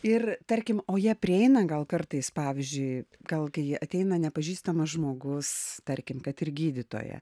ir tarkim o jie prieina gal kartais pavyzdžiui gal jie ateina nepažįstamas žmogus tarkim kad ir gydytoja